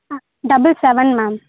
ah double seven ma'am